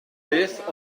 beth